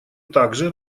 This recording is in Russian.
также